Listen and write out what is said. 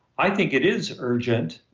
i think it is urgent,